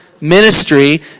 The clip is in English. Ministry